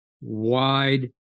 wide